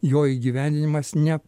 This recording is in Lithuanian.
jo įgyvendinimas ne